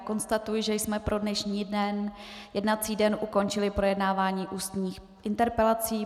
Konstatuji, že jsme pro dnešní jednací den ukončili projednávání ústních interpelací.